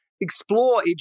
explore